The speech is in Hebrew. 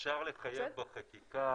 אפשר לחייב בחקיקה.